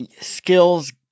skills